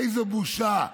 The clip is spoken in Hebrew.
איזו בושה,